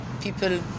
People